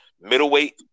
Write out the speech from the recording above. middleweight